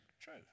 true